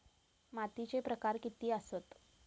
मातीचे प्रकार किती आसत?